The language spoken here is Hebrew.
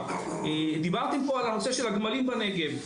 דיברתם פה על נושא הגמלים בנגב,